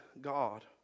God